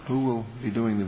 who will be doing the